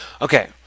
Okay